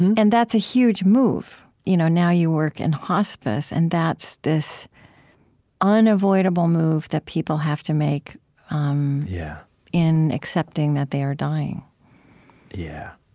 and that's a huge move. you know now you work in and hospice, and that's this unavoidable move that people have to make um yeah in accepting that they are dying yeah.